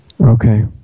okay